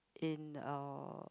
in our